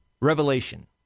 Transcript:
revelation